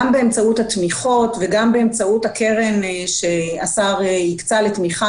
גם באמצעות התמיכות וגם באמצעות הקרן שהשר הקצה לתמיכה,